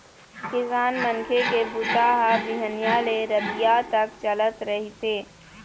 किसान मनखे के बूता ह बिहनिया ले रतिहा तक चलत रहिथे